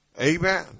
Amen